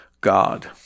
God